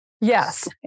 Yes